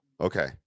Okay